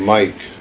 Mike